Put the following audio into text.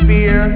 Fear